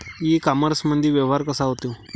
इ कामर्समंदी व्यवहार कसा होते?